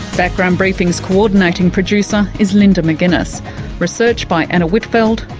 background briefing's co-ordinating producer is linda mcginness research by anna whitfeld,